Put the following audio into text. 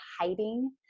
hiding